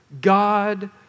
God